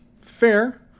Fair